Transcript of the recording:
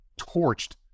torched